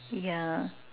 yeah